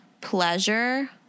pleasure